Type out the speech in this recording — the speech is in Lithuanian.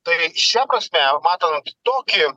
tai šia prasme matant tokį